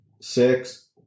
six